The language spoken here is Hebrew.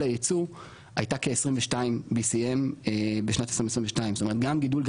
הייצוא הייתה כ-22 BCM בשנת 2022. זאת אומרת גם גידול,